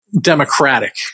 democratic